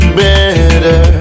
better